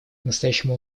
настоящему